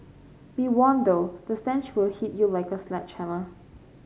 be warned though stench will hit you like a sledgehammer